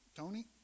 Tony